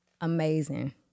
amazing